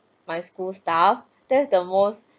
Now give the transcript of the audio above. my school style that's the most